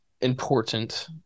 important